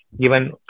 given